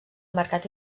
mercat